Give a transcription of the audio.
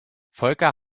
volker